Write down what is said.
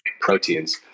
proteins